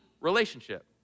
relationship